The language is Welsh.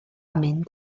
mynd